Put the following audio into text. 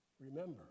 Remember